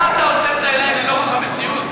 מה אתה עוצם את העיניים ולא רואה את המציאות?